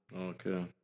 Okay